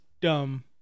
dumb